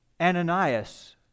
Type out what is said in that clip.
Ananias